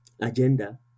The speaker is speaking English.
agenda